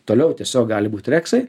toliau tiesiog gali būt reksai